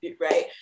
right